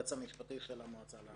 כאן היועץ המשפטי של המועצה לענף הלול.